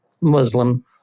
Muslim